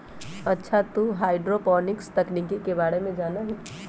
अच्छा तू हाईड्रोपोनिक्स तकनीक के बारे में जाना हीं?